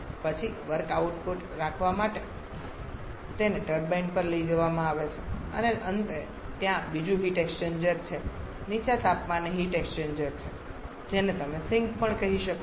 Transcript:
પછી work output રાખવા માટે તેને ટર્બાઇન પર લઈ જવામાં આવે છે અને અંતે ત્યાં બીજું હીટ એક્સ્ચેન્જર છે નીચા તાપમાને હીટ એક્સ્ચેન્જર જેને તમે સિંક પણ કહી શકો છો